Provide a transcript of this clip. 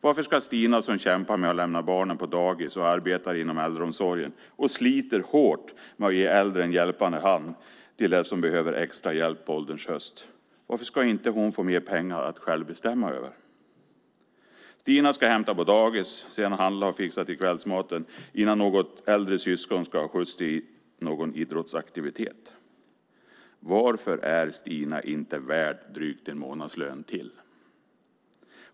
Varför ska Stina som kämpar med att lämna barnen på dagis och arbetar inom äldreomsorgen inte få mer pengar att bestämma över själv? Hon sliter hårt med att ge en hjälpande hand till dem som behöver extra hjälp på ålderns höst. Stina ska hämta på dagis, handla och fixa till kvällsmaten innan något äldre syskon ska ha skjuts till någon idrottsaktivitet. Varför är inte Stina värd drygt en månadslön till?